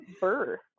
birth